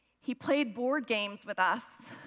he played board games with us.